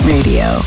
Radio